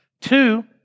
Two